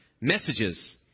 messages